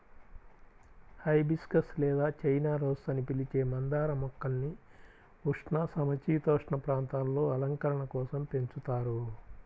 hibiscus లేదా China rose అని పిలిచే మందార మొక్కల్ని ఉష్ణ, సమసీతోష్ణ ప్రాంతాలలో అలంకరణ కోసం పెంచుతారు